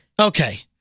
Okay